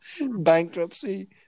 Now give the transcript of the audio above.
bankruptcy